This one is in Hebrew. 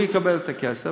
הוא יקבל את הכסף,